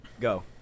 Go